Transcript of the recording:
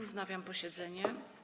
Wznawiam posiedzenie.